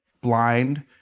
blind